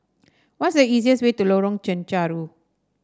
what's the easiest way to Lorong Chencharu